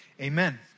Amen